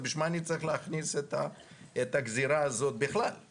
אז בשביל מה אני צריך להכניס את הגזירה הזאת בכלל?